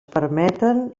permeten